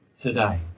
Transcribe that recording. today